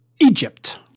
egypt